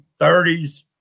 30s